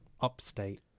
upstate